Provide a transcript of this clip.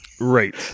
right